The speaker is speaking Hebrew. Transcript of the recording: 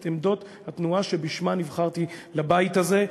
את עמדות התנועה שבשמה נבחרתי לבית הזה,